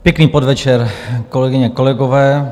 Pěkný podvečer, kolegyně, kolegové.